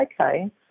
okay